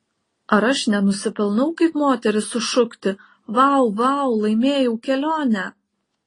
ar aš nenusipelnau kaip moteris sušukti vau vau laimėjau kelionę